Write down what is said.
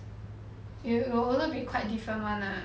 it will also be quite different [one] lah